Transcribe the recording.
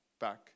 back